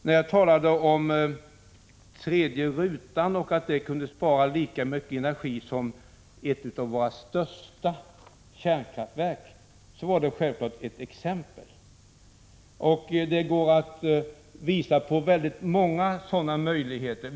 När jag sade att den tredje rutan kunde spara lika mycket energi som ett av våra största kärnkraftverk producerar, så var det självfallet ett exempel. Det går att visa på många sådana möjligheter.